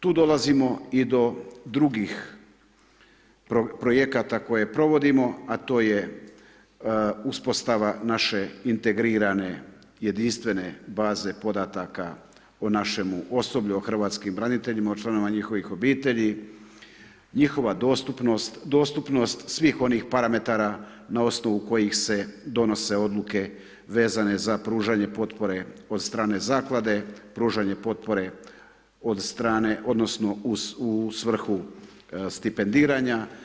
Tu dolazimo i do drugih projekata koje provodimo a to je uspostava naše integrirane jedinstvene baze podataka o našemu osoblju, o hrvatskim braniteljima, o članovima njihovih obitelji, njihova dostupnost, dostupnost svih onih parametara na osnovu kojih se donose odluke vezane za pružanje potpore od strane Zaklade, pružanje potpore od strane odnosno u svrhu stipendiranja.